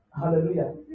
Hallelujah